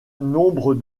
nombre